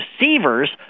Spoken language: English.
receivers